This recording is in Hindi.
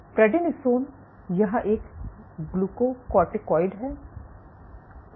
प्रेडनिसोन यह एक ग्लुकोकोर्टिकोइड है